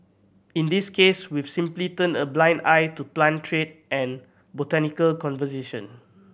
in this case we've simply turned a blind eye to plant trade and botanical conservation